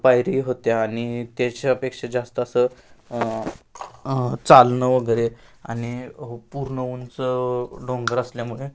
पायरी होत्या आणि त्याच्यापेक्षा जास्त असं चालणं वगैरे आणि पूर्ण उंच डोंगर असल्यामुळे